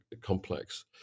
complex